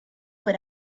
what